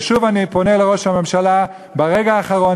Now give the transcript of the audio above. ושוב אני פונה לראש הממשלה, ברגע האחרון.